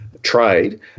trade